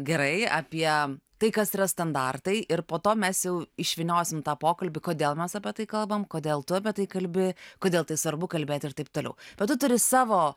gerai apie tai kas yra standartai ir po to mes jau išvyniosim tą pokalbį kodėl mes apie tai kalbam kodėl tu apie tai kalbi kodėl tai svarbu kalbėt ir taip toliau bet tu turi savo